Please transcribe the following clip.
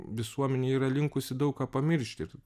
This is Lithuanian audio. visuomenė yra linkusi daug ką pamiršti ir